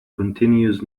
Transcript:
continues